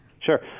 Sure